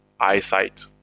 eyesight